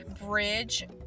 bridge